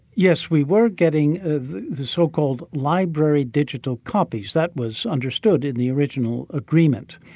yes, we were getting the so-called library digital copies. that was understood in the original agreement.